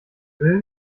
freien